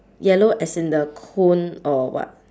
yellow as in the cone or what